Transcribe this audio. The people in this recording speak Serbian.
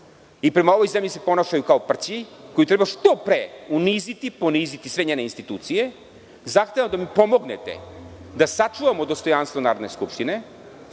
i prema ovoj zemlji se ponašaju kao prćiji, koji trebaju što pre uniziti i poniziti sve njene institucije. Zahtevam da mi pomognete da sačuvamo dostojanstvo Narodne skupštine,